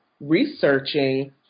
researching